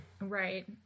Right